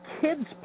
kids